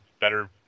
better